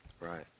right